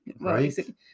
right